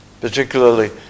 particularly